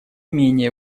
менее